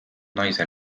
naise